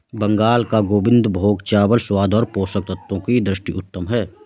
बंगाल का गोविंदभोग चावल स्वाद और पोषक तत्वों की दृष्टि से उत्तम है